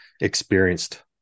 experienced